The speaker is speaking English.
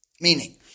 Meaning